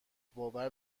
باور